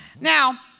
Now